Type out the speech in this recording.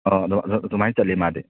ꯑꯥ ꯑꯗꯣ ꯑꯗꯣ ꯑꯗꯨꯃꯥꯏꯅ ꯆꯠꯂꯦ ꯃꯥꯗꯤ